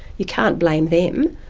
you can't blame them,